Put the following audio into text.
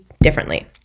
differently